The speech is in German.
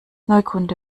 neukunde